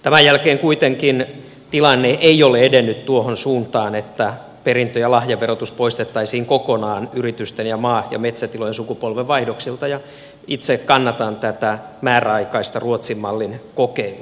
tämän jälkeen kuitenkaan tilanne ei ole edennyt tuohon suuntaan että perintö ja lahjaverotus poistettaisiin kokonaan yritysten ja maa ja metsätilojen sukupolvenvaihdoksilta ja itse kannatan tätä määräaikaista ruotsin mallin kokeilua